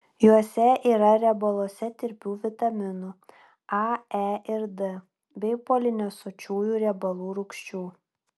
juose yra riebaluose tirpių vitaminų a e ir d bei polinesočiųjų riebalų rūgščių